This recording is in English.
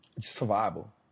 Survival